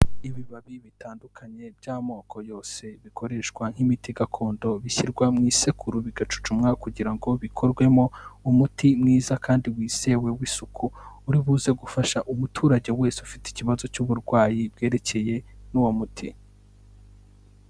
Ibibabi bitandukanye by'amoko yose bikoreshwa nk'imiti gakondo, bishyirwa mu isekuru bigacucumwa kugira ngo bikorwemo umuti mwiza kandi wizewe w'isuku, uri buze gufasha umuturage wese ufite ikibazo cy'uburwayi bwerekeye n'uwo muti.